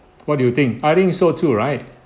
what do you think I think so too right